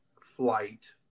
flight